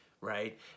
right